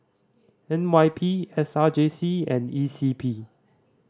N Y P S R J C and E C P